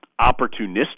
opportunistic